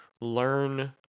learn